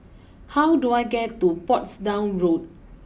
how do I get to Portsdown Road